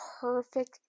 perfect